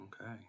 Okay